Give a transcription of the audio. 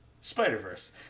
Spider-Verse